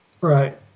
Right